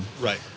Right